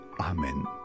Amen